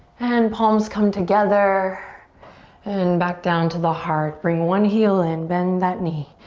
and palms come together and back down to the heart. bring one heel in, bend that knee.